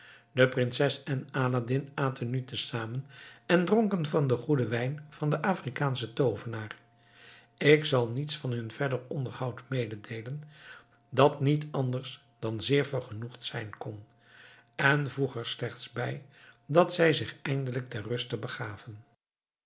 de prinses en aladdin aten nu tezamen en dronken van den goeden wijn van den afrikaanschen toovenaar ik zal niets van hun verder onderhoud meedeelen dat niet anders dan zeer vergenoegd zijn kon en voeg er slechts bij dat zij zich eindelijk ter ruste begaven